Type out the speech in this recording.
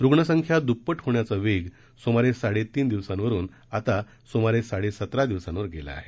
रूणसंख्या दुप्पा होण्याचा वेग सुमारे साडेतीन दिवसांवरून आता सुमारे साडे सतरा दिवसांवर गेला आहे